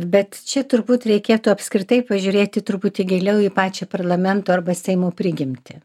bet čia turbūt reikėtų apskritai pažiūrėti truputį giliau į pačią parlamento arba seimo prigimtį